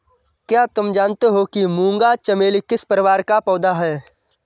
क्या तुम जानते हो कि मूंगा चमेली किस परिवार का पौधा है?